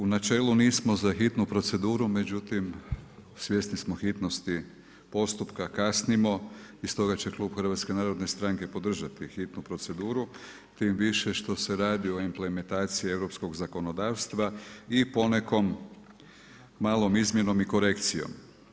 U načelu nismo za hitnu proceduru međutim svjesni smo hitnosti postupka, kasnimo i stoga će klub HNS-a podržati hitnu proceduru tim više što se radi o implementaciji europskog zakonodavstva i ponekom malom izmjenom i korekcijom.